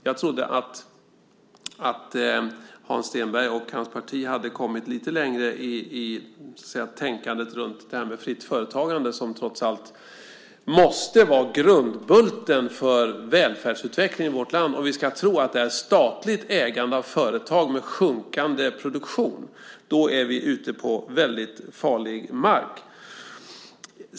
Jag trodde att Hans Stenberg och hans parti hade kommit lite längre i tänkandet när det gäller fritt företagande som trots allt måste vara grundbulten för välfärdsutvecklingen i vårt land. Om vi tror att det är statligt ägande av företag med minskande produktion, då är vi ute på väldigt farlig mark.